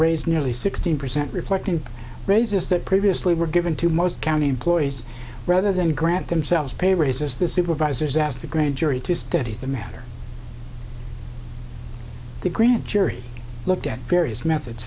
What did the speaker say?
raised nearly sixteen percent reflecting raises that previously were given to most county employees rather than grant themselves pay raises the supervisors asked a grand jury to study the matter the grand jury looked at various methods